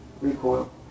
recoil